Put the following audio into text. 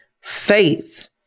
Faith